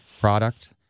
product